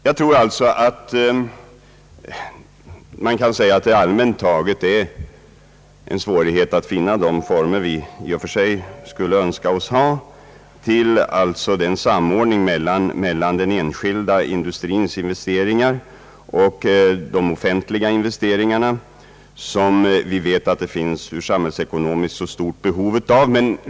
Jag tror alltså att man kan säga att det allmänt taget är svårt att finna de former vi i och för sig skulle önska för den samordning mellan den enskilda industrins investeringar och de offentliga investeringarna som vi vet att det ur samhällsekonomisk synpunkt föreligger ett så stort behov av.